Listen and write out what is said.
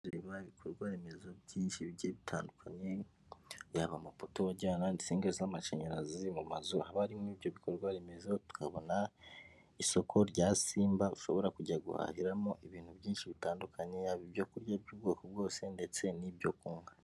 Ndareba ibikorwa remezo byinshi bigiye bitandukanye, yaba amapoto ajyana insinga z'amashanyarazi mu mazu, haba harimo ibyo bikorwa remezo ukabona isoko rya Simba ushobora kujya guhahiramo ibintu byinshi bitandukanye, yaba ibyo kurya by'ubwoko bwose ndetse n'ibyo kunywa.